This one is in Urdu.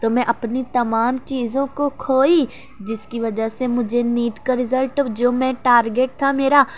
تو میں اپنی تمام چیزوں کو کھوئی جس کی وجہ سے مجھے نیٹ کا رزلٹ جو میں ٹارگیٹ تھا میرا